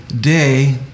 day